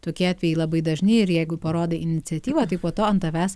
tokie atvejai labai dažni ir jeigu parodai iniciatyvą tai po to ant tavęs